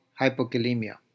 hypokalemia